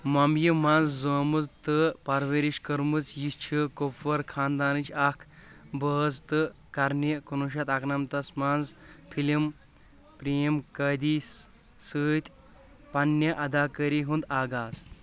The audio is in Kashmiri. ممبیہِ منٛز زامٕژ تہٕ پرورش کٔرمٕژ، یہِ چھ کپور خاندانٕچ اکھ بٲژ، تہٕ کٔرٕنہِ کنوہشتھ اکنمتھس منٛز فِلم پریم قٲدی سۭتۍ پنِنہِ اداکٲری ہٕنٛد آغاز